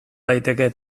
daiteke